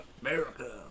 America